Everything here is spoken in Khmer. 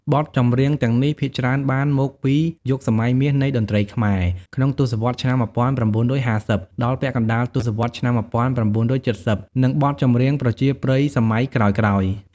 បទចម្រៀងទាំងនេះភាគច្រើនបានមកពីយុគសម័យមាសនៃតន្ត្រីខ្មែរ ក្នុងទសវត្សរ៍ឆ្នាំ ១៩៥០ ដល់ពាក់កណ្តាលទសវត្សរ៍ឆ្នាំ ១៩៧០ និងបទចម្រៀងប្រជាប្រិយសម័យក្រោយៗ។